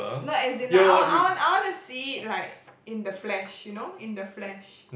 no as in like I want I want I wanna see it like in the flesh you know in the flesh